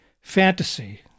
Fantasy